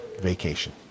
vacation